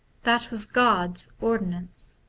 that was god's ordinance.